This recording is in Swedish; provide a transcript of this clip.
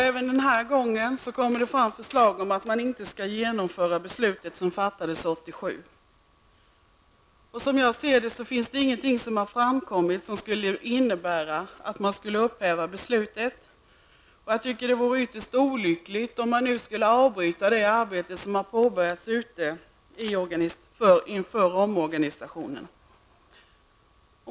Även den här gången ställs det förslag om att beslutet som fattades 1987 inte skall genomföras. Som jag ser det har ingenting framkommit som skulle kunna motivera att det förslag som riksdagen antog 1987 skulle rivas upp. Jag tycker det vore ytterst olyckligt om man nu skulle avbryta det arbete som är i full gång inför omorganisationen.